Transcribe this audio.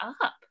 up